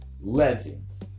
Legends